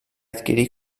adquirir